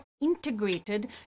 integrated